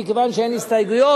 מכיוון שאין הסתייגויות,